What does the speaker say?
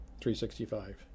365